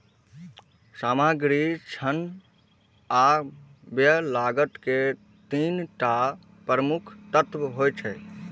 सामग्री, श्रम आ व्यय लागत के तीन टा प्रमुख तत्व होइ छै